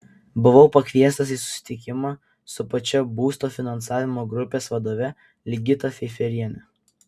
buvau pakviestas į susitikimą su pačia būsto finansavimo grupės vadove ligita feiferiene